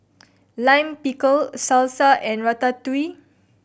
Lime Pickle Salsa and Ratatouille